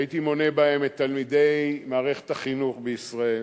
שהייתי מונה בהן את תלמידי מערכת החינוך בישראל,